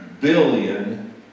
billion